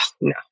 no